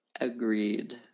Agreed